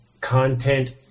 content